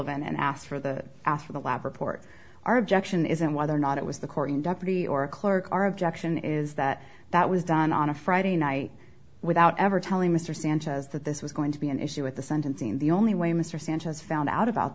them and asked for the after the lab report our objection isn't whether or not it was the korean deputy or a clerk our objection is that that was done on a friday night without ever telling mr sanchez that this was going to be an issue with the sentencing the only way mr sanchez found out about